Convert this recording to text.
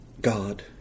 God